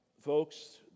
folks